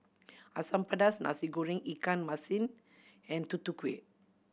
Asam Pedas Nasi Goreng ikan masin and Tutu Kueh